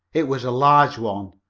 it was a large one,